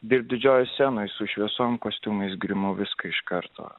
dirbti didžiojoje scenoje su šviesom kostiumais grimu viską iš karto